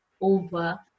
over